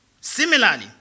similarly